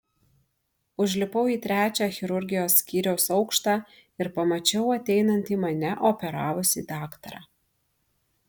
užlipau į trečią chirurgijos skyriaus aukštą ir pamačiau ateinantį mane operavusį daktarą